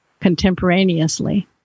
contemporaneously